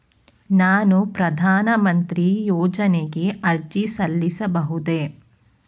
ನಾನು ಪ್ರಧಾನ ಮಂತ್ರಿ ಯೋಜನೆಗೆ ಅರ್ಜಿ ಸಲ್ಲಿಸಬಹುದೇ?